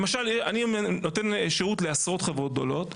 למשל אני נותן שירות לעשרות חברות גדולות.